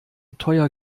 teuer